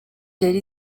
yari